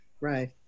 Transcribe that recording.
right